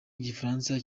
igifaransa